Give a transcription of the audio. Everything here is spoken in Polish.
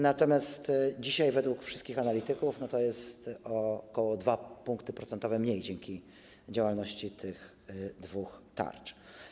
Natomiast dzisiaj według wszystkich analityków to jest ok. 2 punkty procentowe mniej dzięki działalności tych dwóch tarcz.